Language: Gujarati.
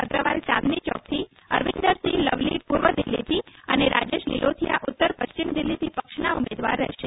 અગ્રવાલ ચાંદની ચોકથી અરવિંદરસિંહ લવલી પૂર્વ દિલ્હીથી અને રાજેશ લીલોથીયા ઉત્તર પશ્ચિમ દિલ્હીથી પક્ષના ઉમેદવાર રહેશે